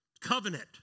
Covenant